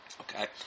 Okay